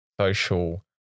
social